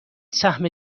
سهم